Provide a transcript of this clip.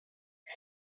die